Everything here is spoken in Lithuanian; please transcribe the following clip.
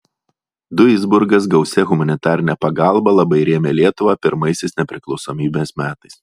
duisburgas gausia humanitarine pagalba labai rėmė lietuvą pirmaisiais nepriklausomybės metais